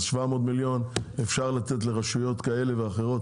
אז 700 מיליון אפשר לתת לרשויות כאלה ואחרות